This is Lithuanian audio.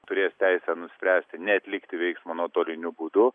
turės teisę nuspręsti neatlikti veiksmo nuotoliniu būdu